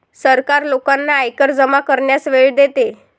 सरकार लोकांना आयकर जमा करण्यास वेळ देते